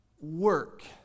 work